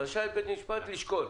רשאי בית המשפט לשקול,